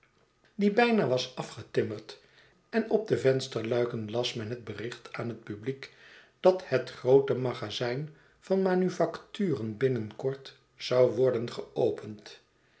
die bijna was afgetimmerd en op de vensterluiken las men het bericht aan het publiek dat het groote magazijn van rnanufacturen binnen kort zou worden geopend